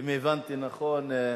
אם הבנתי נכון,